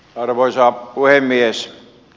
arvoisa puhemies